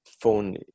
phone